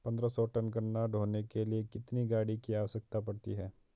पन्द्रह सौ टन गन्ना ढोने के लिए कितनी गाड़ी की आवश्यकता पड़ती है?